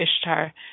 Ishtar